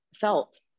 felt